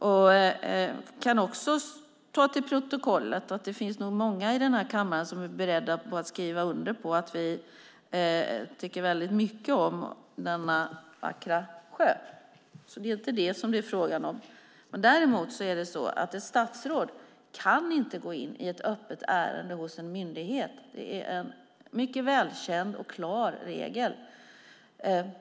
Det kan också tas till protokollet att det nog finns många här i kammaren som är beredda att skriva under på att vi tycker väldigt mycket om denna vackra sjö - det är inte vad frågan gäller. Däremot är det så att ett statsråd inte kan gå in i ett öppet ärende hos en myndighet. Det är en mycket välkänd och klar regel.